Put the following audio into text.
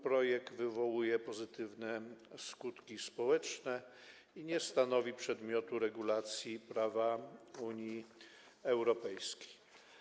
Projekt wywołuje pozytywne skutki społeczne i nie stanowi przedmiotu regulacji prawa Unii Europejskiej.